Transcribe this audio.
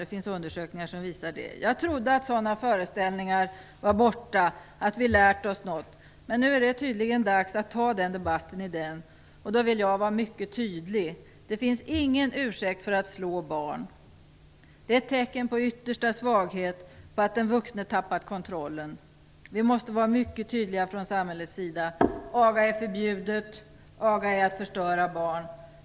Det finns undersökningar som visar det. Jag trodde att sådana föreställningar var borta, att vi lärt oss något. Men nu är det tydligen dags att ta upp den debatten igen, och då vill jag vara mycket tydlig. Det finns ingen ursäkt för att slå barn. Det är ett tecken på yttersta svaghet, på att den vuxne tappar kontrollen. Vi måste vara mycket tydliga från samhällets sida: Aga är förbjudet, aga är att förstöra barn.